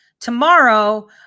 Tomorrow